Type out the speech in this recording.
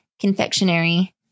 confectionery